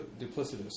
duplicitous